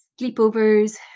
sleepovers